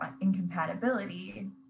incompatibility